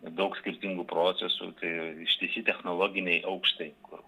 daug skirtingų procesų tai ištisi technologiniai aukštai kur